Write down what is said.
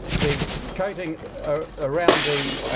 the coating around the